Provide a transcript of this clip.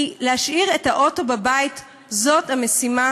כי להשאיר את האוטו בבית זאת המשימה